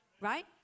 Right